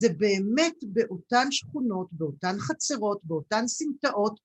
‫זה באמת באותן שכונות, ‫באותן חצרות, באותן סמטאות.